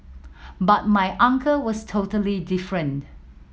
but my uncle was totally different